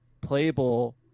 playable